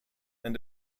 and